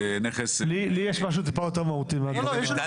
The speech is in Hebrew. לי יש משהו מעט יותר מהותי מזה.